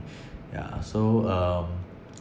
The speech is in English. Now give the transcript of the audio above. yeah so um